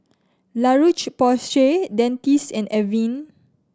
La Roche Porsay Dentiste and Avene